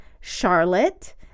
Charlotte